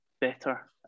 better